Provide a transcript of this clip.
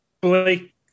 Blake